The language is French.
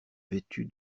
vêtu